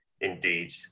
indeed